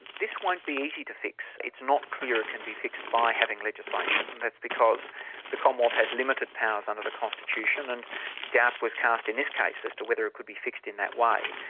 this won't be easy to fix it's not clear it can be fixed by having legislation that's because the commonwealth has limited powers under the constitution, and doubt was cast in this case as to whether it could be fixed in that way.